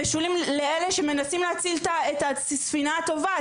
משולים לאלה שמנסים להציל את הספינה הטובעת,